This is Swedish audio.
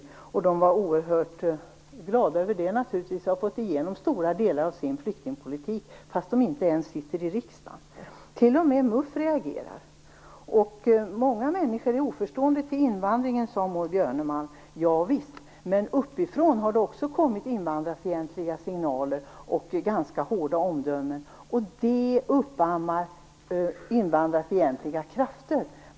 Nydemokraterna var naturligtvis oerhört glada över att ha fått igenom stora delar av sin flyktingpolitik, trots att de inte ens sitter i riksdagen. T.o.m. MUF reagerar. Många människor är oförstående till invandringen, säger Maud Björnemalm. Javisst, men uppifrån har det också kommit invandrarfientliga signaler och ganska hårda omdömen. Detta uppammar invandrarfientliga krafter.